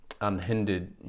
Unhindered